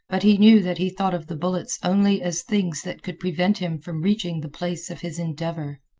but he knew that he thought of the bullets only as things that could prevent him from reaching the place of his endeavor.